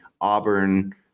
Auburn